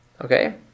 Okay